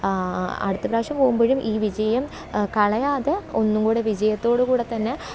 അടുത്ത പ്രാവശ്യം പോകുമ്പോഴും ഈ വിജയം കളയാതെ ഒന്നും കൂടെ വിജയത്തോട് കൂടെ തന്നെ